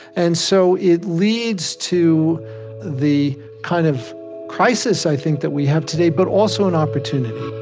and so it leads to the kind of crisis, i think, that we have today but also an opportunity